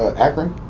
akron.